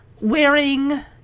wearing